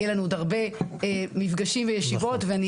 יהיה לנו עוד הרבה מפגשים וישיבות ואני